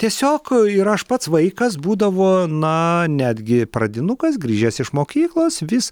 tiesiog ir aš pats vaikas būdavo na netgi pradinukas grįžęs iš mokyklos vis